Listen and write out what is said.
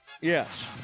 Yes